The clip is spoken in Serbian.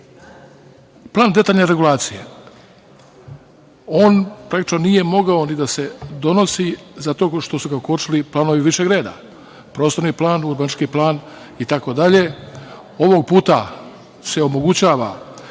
19.Plan detaljne regulacije praktično nije mogao ni da se donosi zato što su ga kočili planovi višeg reda. Prostorni plan, urbanistički plan itd. Ovog puta se omogućava